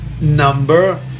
number